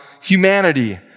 humanity